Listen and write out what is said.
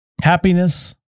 Happiness